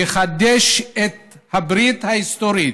יחדש את הברית ההיסטורית